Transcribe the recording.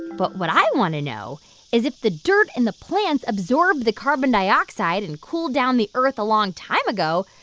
but what i want to know is if the dirt and the plants absorbed the carbon dioxide and cooled down the earth a long time ago,